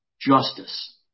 justice